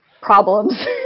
problems